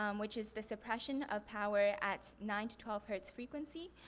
um which is the suppression of power at nine to twelve hertz frequency.